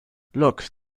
look